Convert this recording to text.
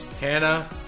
Hannah